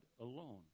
alone